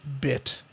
bit